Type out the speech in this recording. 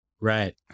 Right